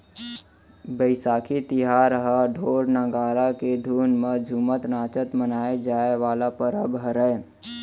बइसाखी तिहार ह ढोर, नंगारा के धुन म झुमत नाचत मनाए जाए वाला परब हरय